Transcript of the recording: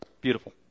beautiful